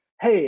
hey